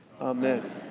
Amen